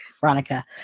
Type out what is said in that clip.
Veronica